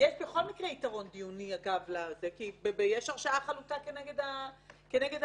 יש יתרון דיוני, כי יש הרשעה חלוטה כנגד העבריין.